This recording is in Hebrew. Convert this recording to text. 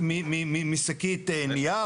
משלמות עליהם בחוק האריזות.